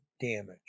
damage